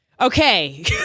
okay